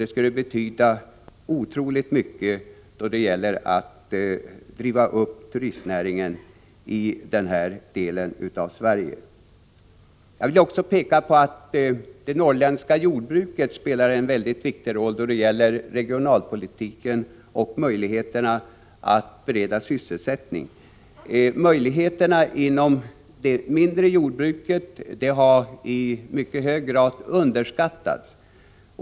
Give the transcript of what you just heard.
Det skulle betyda otroligt mycket då det gäller att hjälpa upp turistnäringen i den här delen av Sverige. Jag vill också påpeka att det norrländska jordbruket spelar en mycket viktig roll för regionalpolitiken och möjligheterna att bereda sysselsättning. Möjligheterna inom det mindre jordbruket har i mycket hög grad underskattats.